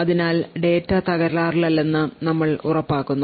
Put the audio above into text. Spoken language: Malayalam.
അതിനാൽ ഡാറ്റ തകരാറിലല്ലെന്ന് നമ്മൾ ഉറപ്പാക്കുന്നു